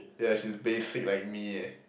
yeah she's basic like me eh